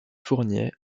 fournier